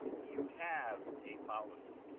you have a policy,